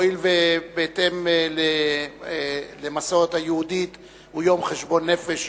והואיל ובהתאם למסורת היהודית הוא יום חשבון נפש,